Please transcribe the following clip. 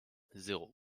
zéro